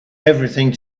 everything